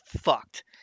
fucked